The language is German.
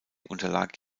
unterlag